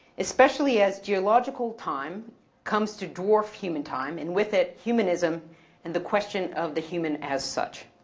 especially as geological time comes to dwarf human time and with it humanism and the question of the human as such.